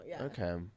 Okay